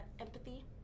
empathy